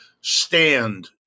stand